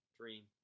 dream